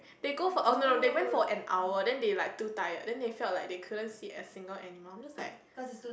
they go for oh no no they went for an hour then they like too tired then they felt like they couldn't see a single animal then I was like